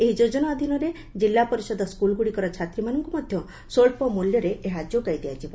ଏହି ଯୋଜନା ଅଧୀନରେ କିଲ୍ଲାପରିଷଦ ସ୍କୁଲ୍ଗୁଡ଼ିକର ଛାତ୍ରୀମାନଙ୍କୁ ମଧ୍ୟ ସ୍ୱଚ୍ଚ ମୂଲ୍ୟରେ ଏହା ଯୋଗାଇ ଦିଆଯିବ